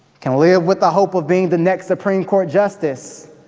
can live with the hope of being the next supreme court justice